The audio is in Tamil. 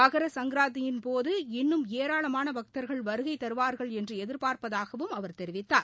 மகர சங்கராந்தியின் போது இன்னும் ஏராளமான பக்தர்கள் வருகை தருவார்கள் என்று எதிர்ப்பார்ப்பதாகவும் அவர் தெரிவித்தார்